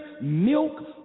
milk